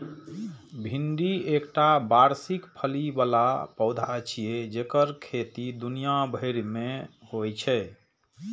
भिंडी एकटा वार्षिक फली बला पौधा छियै जेकर खेती दुनिया भरि मे होइ छै